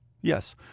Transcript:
Yes